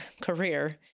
career